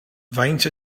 faint